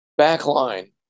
backline